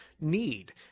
Need